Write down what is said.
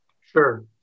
Sure